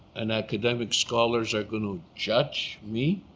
and academic scholars are going to judge me?